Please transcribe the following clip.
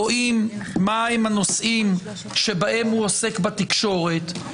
רואים מה הם הנושאים שבהם הוא עוסק בתקשורת,